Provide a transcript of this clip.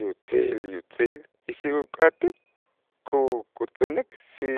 yutzil, yutzil y si uk'atij ku- kut'änik si